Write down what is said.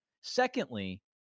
Secondly